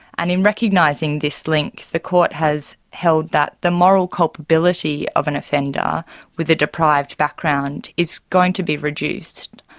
and in recognising this link the court has held that the moral culpability of an offender with a deprived background is going to be reduced.